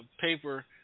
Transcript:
paper